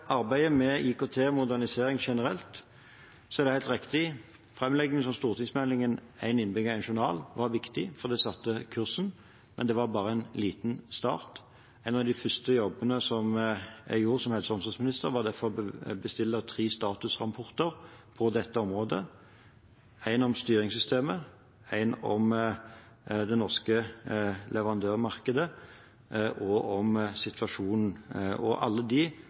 arbeidet med IKT-modernisering generelt, er det helt riktig at framleggingen av stortingsmeldingen Én innbygger – én journal var viktig, for det satte kursen. Men det var bare en liten start. En av de første jobbene som jeg gjorde som helse- og omsorgsminister, var derfor å bestille tre statusrapporter på dette området – én om styringssystemet, én om det norske leverandørmarkedet og én om situasjonen – og alle